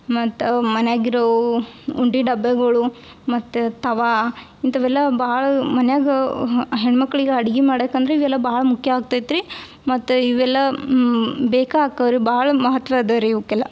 ಮತ್ತು ಅವು ಮನ್ಯಾಗ ಇರೋವು ಉಂಡಿ ಡಬ್ಬೆಗಳು ಮತ್ತು ತವಾ ಇಂಥವೆಲ್ಲ ಭಾಳ ಮನೆಯಾಗ ಹೆಣ್ಮಕ್ಳಿಗೆ ಅಡ್ಗೆ ಮಾಡಕಂದ್ರೆ ಇವೆಲ್ಲ ಭಾಳ ಮುಖ್ಯ ಆಗ್ತೈತೆ ರೀ ಮತ್ತು ಇವೆಲ್ಲ ಬೇಕೇ ಆಕವೆ ರೀ ಭಾಳ ಮಹತ್ವ ಅದ ರೀ ಇವಕ್ಕೆಲ್ಲ